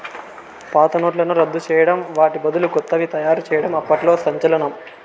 పాత నోట్లను రద్దు చేయడం వాటి బదులు కొత్తవి తయారు చేయడం అప్పట్లో సంచలనం